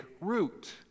root